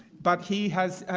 but he has